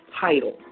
title